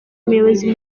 umuyobozi